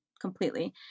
completely